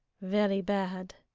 very bad.